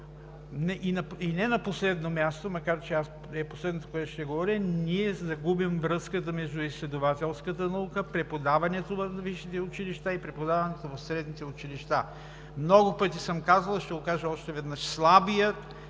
И не на последно място, макар че е последното, което ще говоря, ние губим връзката между изследователската наука, преподаването във висшите училища и преподаването в средните училища. Много пъти съм казвал, ще го кажа още веднъж: слабият